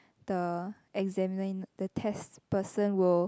the examine the test person will